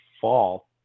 fall